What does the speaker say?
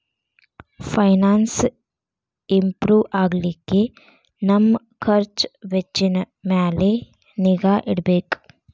finance improve ಆಗ್ಲಿಕ್ಕೆ ನಮ್ ಖರ್ಛ್ ವೆಚ್ಚಿನ್ ಮ್ಯಾಲೆ ನಿಗಾ ಇಡ್ಬೆಕ್